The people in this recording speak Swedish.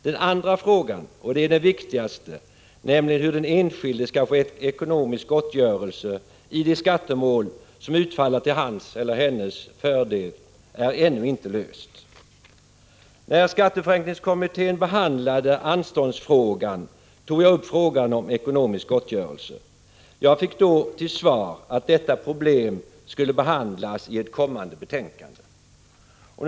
Den andra frågan — och det är det viktigaste — nämligen hur den enskilde skall få ekonomisk gottgörelse i de skattemål som utfaller till hans eller hennes fördel är ännu inte löst. När skatteförenklingskommittén behandlade anståndsfrågan tog jag upp frågan om ekonomisk gottgörelse. Jag fick då till svar att detta problem skulle behandlas i ett kommande betänkande.